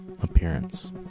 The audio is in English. appearance